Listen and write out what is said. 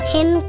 Tim